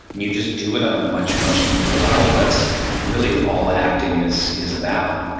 you just do it on a much much deeper level. that's really all acting is is about.